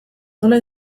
nola